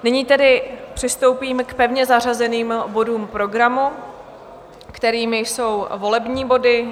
Nyní tedy přistoupíme k pevně zařazeným bodům programu, kterými jsou volební body.